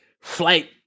flight